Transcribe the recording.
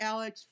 Alex